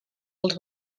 els